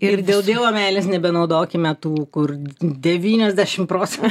ir dėl dievo meilės nebenaudokime tų kur devyniasdešim procen